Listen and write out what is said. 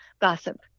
gossip